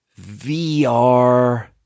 VR